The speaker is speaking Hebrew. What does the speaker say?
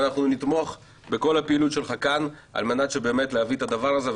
אנחנו נתמוך בכל הפעילות שלך כאן על מנת להביא את הדבר הזה,